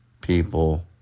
people